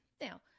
Now